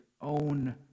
own